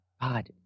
God